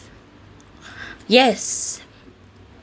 yes